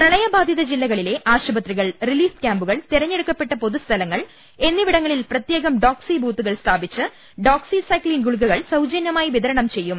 പ്രളയബാധിത ജില്ലകളിലെ ആശുപത്രികൾ റിലീഫ് ക്യാമ്പു കൾ തെരഞ്ഞെടുക്കപ്പെട്ട പൊതുസ്ഥലങ്ങൾ എന്നിവിടങ്ങ ളിൽ പ്രത്യേകം ഡോക്സി ബൂത്തുകൾ സ്ഥാപിച്ച് ഡോക്സി സൈക്ലിൻ ഗുളികകൾ സൌജന്യമായി വിതരണം ചെയ്യും